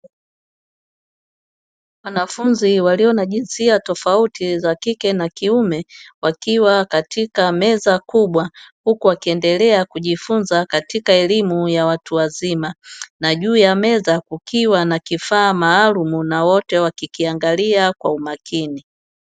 Wanafunzi walio na jinsia tofauti ya kike na kiume wakiwa katika meza kubwa, huku akiendelea kujifunza katika elimu ya watu wazima na juu ya meza kukiwa na kifaa maalumu na wote wakikiangalia kwa umakini.